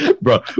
bro